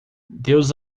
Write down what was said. deus